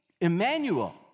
Emmanuel